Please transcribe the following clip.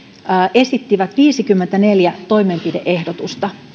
esittivät viisikymmentäneljä toimenpide ehdotusta